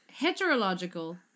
Heterological